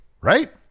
right